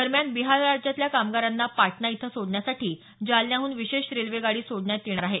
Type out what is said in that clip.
दरम्यान बिहार राज्यातल्या कामगारांना पाटणा इथं सोडण्यासाठी जालन्याहन विशेष रेल्वेगाडी सोडण्यात येणार आहे